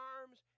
arms